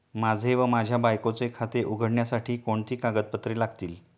माझे व माझ्या बायकोचे खाते उघडण्यासाठी कोणती कागदपत्रे लागतील?